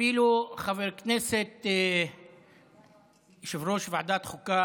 אפילו חבר הכנסת יושב-ראש ועדת החוקה